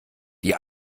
die